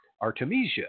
Artemisia